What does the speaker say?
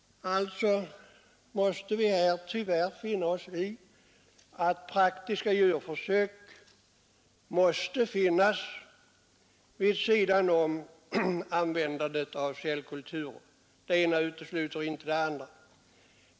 Alltså får vi här tyvärr finna oss i att praktiska djurförsök måste göras vid sidan om användandet av cellkulturer. Det ena utesluter inte det andra.